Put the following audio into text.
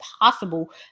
possible